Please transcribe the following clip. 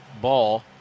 ball